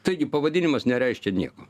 taigi pavadinimas nereiškia nieko